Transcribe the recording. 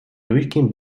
durchgehend